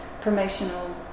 promotional